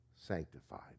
sanctified